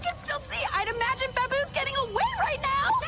still see i'd imagine bamboos getting away right now